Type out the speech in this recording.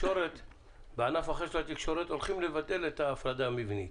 אנחנו בענף אחר של התקשורת הולכים לבטל את ההפרדה המבנית,